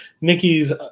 Nikki's